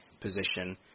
position